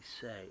say